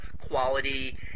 quality